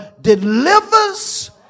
delivers